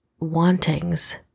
wantings